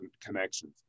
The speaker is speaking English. connections